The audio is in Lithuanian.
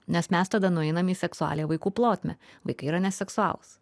nes mes tada nueinam į seksualią vaikų plotmę vaikai yra neseksualūs